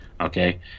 okay